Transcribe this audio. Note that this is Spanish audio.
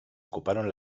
ocuparon